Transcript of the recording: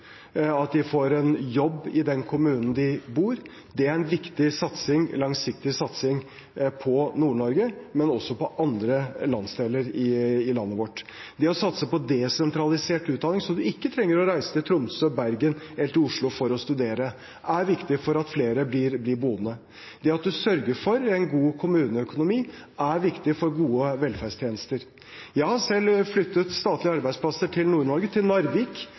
at de får en jobb i den kommunen de bor. Det er en viktig og langsiktig satsing på Nord-Norge, men også på andre landsdeler i landet vårt. Det å satse på desentralisert utdanning, så man ikke trenger å reise til Tromsø, Bergen eller til Oslo for å studere, er viktig for at flere blir boende. Det at man sørger for en god kommuneøkonomi, er viktig for gode velferdstjenester. Jeg har selv flyttet statlige arbeidsplasser til Nord-Norge, til Narvik,